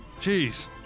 Jeez